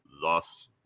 Thus